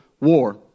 war